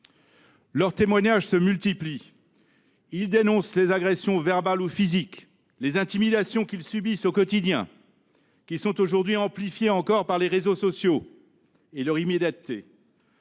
Leurs témoignages se multiplient. Ils dénoncent les agressions verbales ou physiques, les intimidations qu’ils subissent au quotidien, encore amplifiées aujourd’hui par les réseaux sociaux et leur immédiateté.